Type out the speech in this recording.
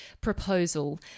proposal